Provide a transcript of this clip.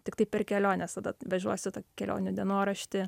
tiktai per keliones tada vežuosi tą kelionių dienoraštį